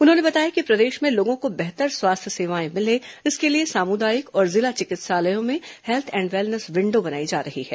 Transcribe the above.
उन्होंने बताया कि प्रदेश में लोगों को बेहतर स्वास्थ्य सेवाएं मिले इसके लिए सामुदायिक और जिला चिकित्सालयों में हेल्थ एंड वेलनेस विन्डो बनाई जा रही है